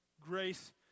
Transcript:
grace